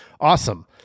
Awesome